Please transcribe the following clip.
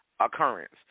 occurrence